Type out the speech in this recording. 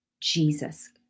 Jesus